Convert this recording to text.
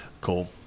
Cool